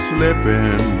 Slipping